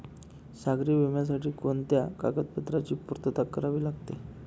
सागरी विम्यासाठी कोणत्या कागदपत्रांची पूर्तता करावी लागते?